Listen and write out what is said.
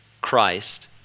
Christ